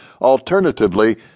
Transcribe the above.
Alternatively